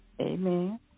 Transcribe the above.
Amen